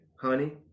honey